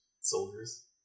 soldiers